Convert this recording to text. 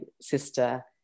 sister